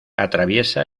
atraviesa